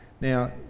now